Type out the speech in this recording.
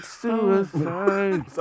suicide